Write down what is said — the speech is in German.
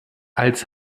als